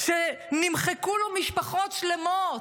שנמחקו לו משפחות שלמות,